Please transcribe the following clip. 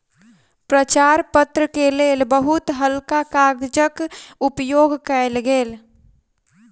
प्रचार पत्र के लेल बहुत हल्का कागजक उपयोग कयल गेल